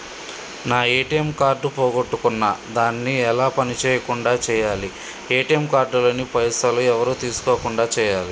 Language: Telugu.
నా ఏ.టి.ఎమ్ కార్డు పోగొట్టుకున్నా దాన్ని ఎలా పని చేయకుండా చేయాలి ఏ.టి.ఎమ్ కార్డు లోని పైసలు ఎవరు తీసుకోకుండా చేయాలి?